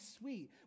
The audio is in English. sweet